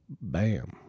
Bam